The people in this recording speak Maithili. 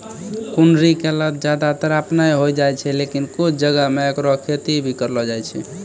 कुनरी के लत ज्यादातर आपनै होय जाय छै, लेकिन कुछ जगह मॅ हैकरो खेती भी करलो जाय छै